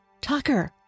Tucker